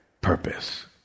purpose